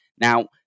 Now